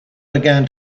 began